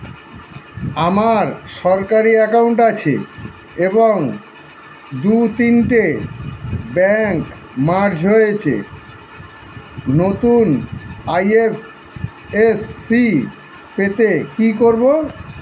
আমার সরকারি একাউন্ট আছে এবং দু তিনটে ব্যাংক মার্জ হয়েছে, নতুন আই.এফ.এস.সি পেতে কি করব?